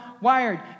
wired